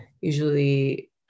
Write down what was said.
usually